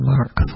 Mark